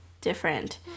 different